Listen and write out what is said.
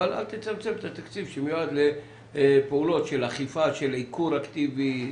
אבל אל תצמצם את התקציב שמיועד לפעולות של אכיפה של עיקור אקטיבי,